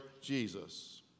Jesus